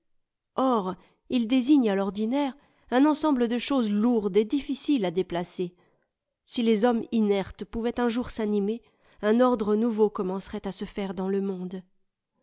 or il désigne à l'ordinaire un ensemble de choses lourdes et difficiles à déplacer si les hommes inertes pouvaient un jour s'animer un ordre nouveau commencerait à se faire dans le monde